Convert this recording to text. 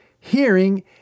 hearing